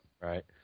Right